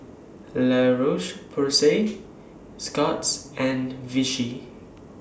La Roche Porsay Scott's and Vichy